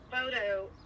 photo